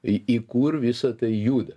į į kur visa tai juda